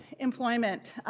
employment.